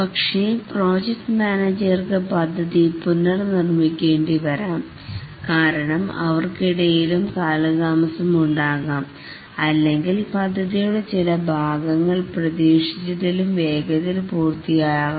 പക്ഷേ പ്രോജക്റ്റ് മാനേജർക്ക് പദ്ധതി പുനർനിർമ്മിക്കേണ്ടിവരാം കാരണം അവർക്കിടയിലും കാലതാമസം ഉണ്ടാകാം അല്ലെങ്കിൽ പദ്ധതിയുടെ ചിലഭാഗങ്ങൾ പ്രതീക്ഷിച്ചതിലും വേഗത്തിൽ പൂർത്തിയാക്കാം